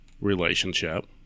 relationship